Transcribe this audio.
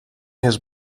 his